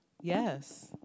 Yes